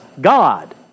God